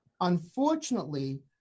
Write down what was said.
Unfortunately